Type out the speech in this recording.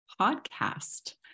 podcast